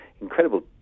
incredible